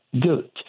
good